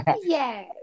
Yes